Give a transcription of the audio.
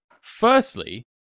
Firstly